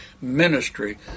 ministry